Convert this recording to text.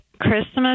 Christmas